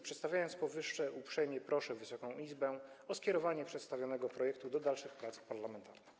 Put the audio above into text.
Przedstawiając powyższe, uprzejmie proszę Wysoką Izbę o skierowanie przedstawionego projektu do dalszych prac parlamentarnych.